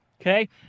Okay